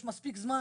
יש מספיק זמן.